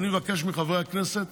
אני מבקש מחברי הכנסת